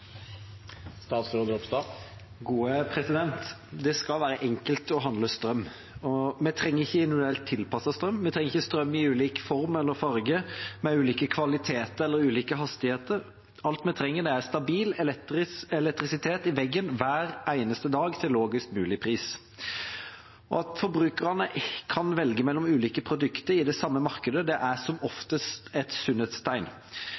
Det skal være enkelt å handle strøm. Vi trenger ikke individuelt tilpasset strøm, vi trenger ikke strøm i ulik form eller farge, med ulike kvaliteter eller ulike hastigheter. Alt vi trenger, er stabil elektrisitet i veggen hver eneste dag til lavest mulig pris. At forbrukerne kan velge mellom ulike produkter i det samme markedet, er som